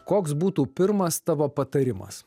koks būtų pirmas tavo patarimas